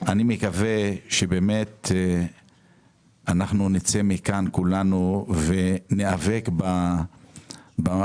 אני מקווה שבאמת אנחנו נצא מכאן כולנו וניאבק במחיר